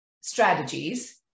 strategies